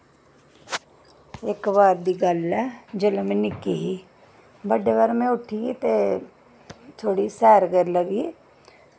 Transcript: इक बार दी गल्ल ऐ जेल्लै में निक्की ही बड्डै पैह्र में उट्ठी ते थोह्ड़ी सैर करन लगी